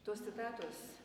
tos citatos